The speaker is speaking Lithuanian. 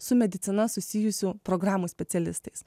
su medicina susijusių programų specialistais